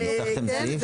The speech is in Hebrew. כן,